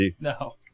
No